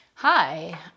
Hi